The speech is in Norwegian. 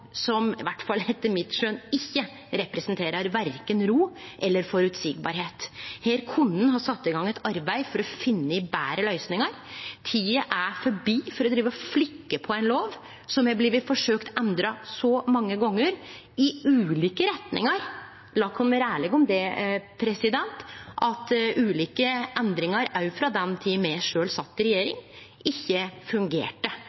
som, i alle fall etter mitt skjøn, verken representerer ro eller er føreseieleg. Her kunne ein ha sett i gang eit arbeid for å finne betre løysingar. Tida er forbi for å drive og flikke på ein lov som har blitt forsøkt endra så mange gonger i ulike retningar – la oss vere ærlege om det – at ulike endringar, òg frå den tida me sjølve sat i regjering, ikkje fungerte.